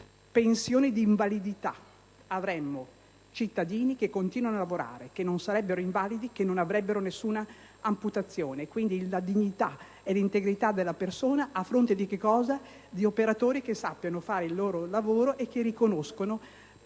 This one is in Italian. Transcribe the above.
pensioni di invalidità avremmo, cittadini che continuano a lavorare che non sarebbero invalidi, che non subirebbero alcuna amputazione: la dignità e l'integrità della persona a fronte di operatori che sappiano fare il loro lavoro e che riconoscono prima